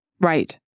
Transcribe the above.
Right